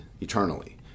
eternally